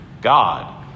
God